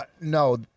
no